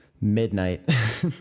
midnight